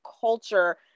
culture